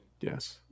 Yes